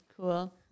cool